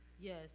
Yes